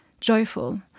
joyful